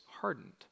hardened